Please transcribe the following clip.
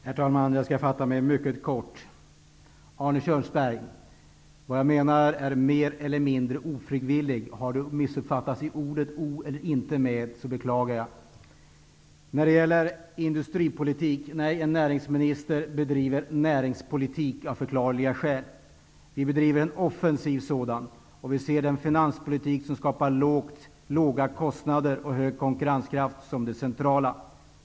Herr talman! Vad jag sade, Arne Kjörnsberg, var att det var mer eller mindre ofrivilligt som vi fick lov att skriva ner kronan. Har det uppfattats som ''mer eller mindre frivilligt'', utan o:et, så beklagar jag. En näringsminister bedriver inte industripolitik, utan näringspolitik, och det av förklarliga skäl. Vi bedriver en offensiv näringspolitik, och vi menar att det centrala i finanspolitiken är att den skapar låga kostnader och en hög grad av konkurrenskraft.